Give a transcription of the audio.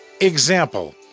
Example